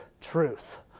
truth